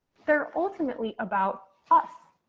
they're ultimately about us.